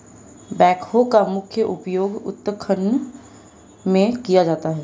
backhoe का मुख्य उपयोग उत्खनन में किया जाता है